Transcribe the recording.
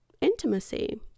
intimacy